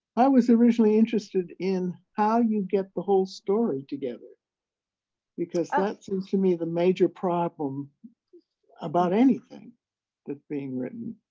i was originally interested in how you get the whole story together because ah that seems to me the major problem about anything being written.